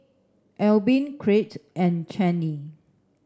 Albin Crete and Chaney